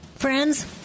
Friends